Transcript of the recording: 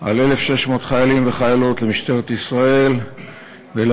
על 1,600 חיילים וחיילות למשטרת ישראל ויותר